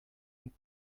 een